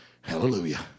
Hallelujah